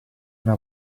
una